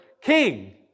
King